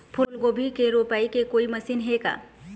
फूलगोभी के रोपाई के कोई मशीन हे का?